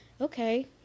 Okay